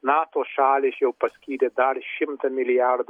nato šalys jau paskyrė dar šimtą milijardų